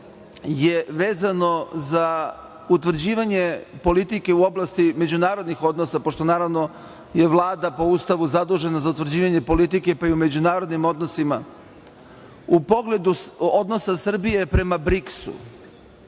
je vezano za utvrđivanje politike u oblasti međunarodnih odnosa, pošto je Vlada po Ustavu zadužena za utvrđivanje politike, pa i u međunarodnim odnosima. U pogledu odnosa Srbije prema BRIKS-u,